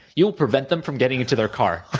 you'll prevent them from getting into their car.